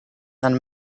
and